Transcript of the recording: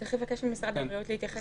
צריך לבקש ממשרד הבריאות להתייחס.